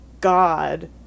God